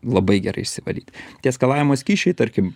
labai gerai išsivalyti tie skalavimo skysčiai tarkim